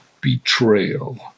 betrayal